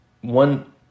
One